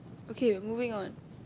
okay moving on